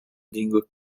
língua